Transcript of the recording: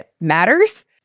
matters